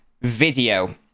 Video